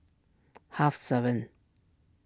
half seven